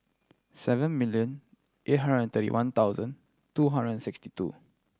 seven million eight hundred and thirty one thousand two hundred and sixty two